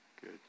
Good